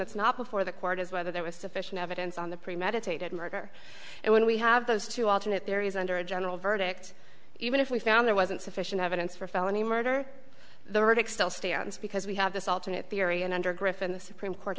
that's not before the court is whether there was sufficient evidence on the premeditated murder and when we have those two alternate theories under a general verdict even if we found there wasn't sufficient evidence for felony murder the riddick still stands because we have this alternate theory and under griffin the supreme court